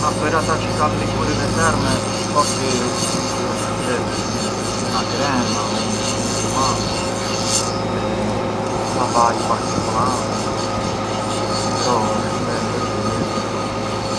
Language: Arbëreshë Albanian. Ma për ata çë kan likurën e terme forsi mënd i vun ngë e di, una crema, një pumat, ca vaj particolari, però shtu ngë e di, ngë di të te thom.